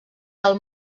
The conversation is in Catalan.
del